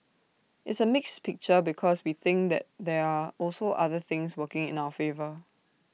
it's A mixed picture because we think that there are also other things working in our favour